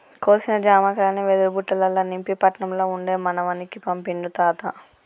కోసిన జామకాయల్ని వెదురు బుట్టలల్ల నింపి పట్నం ల ఉండే మనవనికి పంపిండు తాత